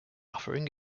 offering